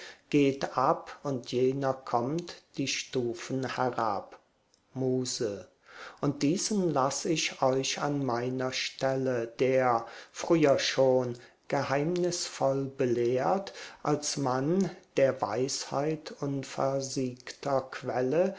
geht ab und jener kommt die stufen herab muse und diesen lass ich euch an meiner stelle der früher schon geheimnisvoll belehrt als mann der weisheit unversiegter quelle